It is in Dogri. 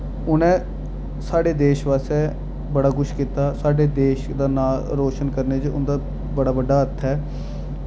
उ'नें साढ़े देश आस्तै बड़ा किश कीता साढ़े देश दा नां रोशन करने च उं'दा बड़ा बड्डा हत्थ ऐ